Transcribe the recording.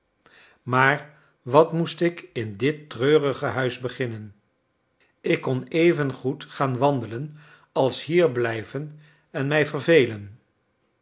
maar wat moest ik in dit treurige huis beginnen ik kon evengoed gaan wandelen als hier blijven en mij vervelen